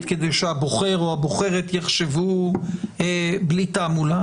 כדי שהבוחר או הבוחרת יחשבו בלי תעמולה.